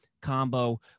combo